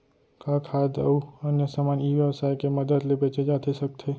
का खाद्य अऊ अन्य समान ई व्यवसाय के मदद ले बेचे जाथे सकथे?